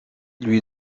lui